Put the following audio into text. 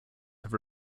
have